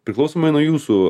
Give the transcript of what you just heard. priklausomai nuo jūsų